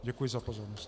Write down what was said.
Děkuji za pozornost.